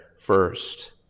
first